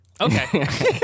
Okay